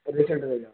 పదిసెంటదిద